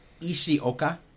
Ishioka